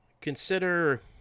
Consider